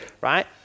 Right